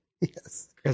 Yes